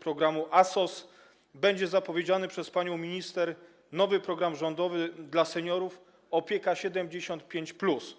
programu ASOS będzie zapowiedziany przez panią minister nowy program rządowy dla seniorów „Opieka 75+”